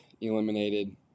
eliminated